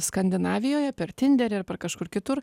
skandinavijoje per tinderį ar per kažkur kitur